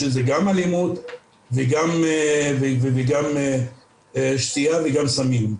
שזה גם אלימות וגם שתייה וגם סמים.